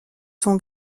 son